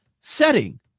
setting